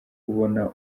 kubona